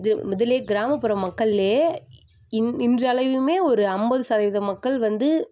இது முதல்லேயே கிராமப்புற மக்கள்லேயே இன்று இன்றளவிலுமே ஒரு ஐம்பது சதவீதம் மக்கள் வந்து